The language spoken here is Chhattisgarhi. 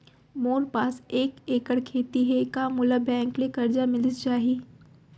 मोर पास एक एक्कड़ खेती हे का मोला बैंक ले करजा मिलिस जाही?